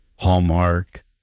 hallmark